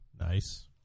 nice